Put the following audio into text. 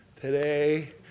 today